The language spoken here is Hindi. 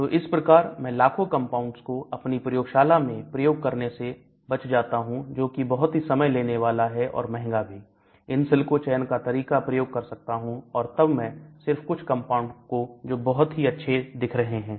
तो इस प्रकार मैं लाखों कंपाउंड्स को अपनी प्रयोगशाला में प्रयोग करने से बच जाता हूं जो कि बहुत ही समय लेने वाला है और महंगा भी इनसिल्को चयन का तरीका प्रयोग कर सकता हूं और तब मैं सिर्फ कुछ कंपाउंड को जो बहुत ही अच्छे दिख रहे हैं